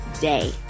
day